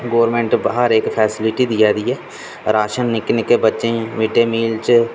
government हर इक facility देआ दी ऐ राशन निक्के निक्के बच्चे गी मिड डे मील च